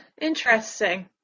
interesting